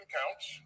counts